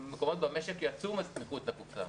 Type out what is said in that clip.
המקומות במשק יצאו מחוץ לקופסה.